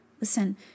Listen